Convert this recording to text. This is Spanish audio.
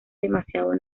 demasiado